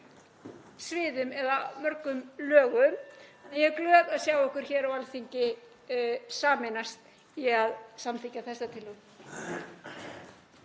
sviðum eða mörgum lögum. Ég er glöð að sjá okkur hér á Alþingi sameinast um að samþykkja þessa tillögu.